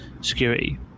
security